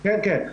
כן, כן.